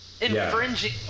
infringing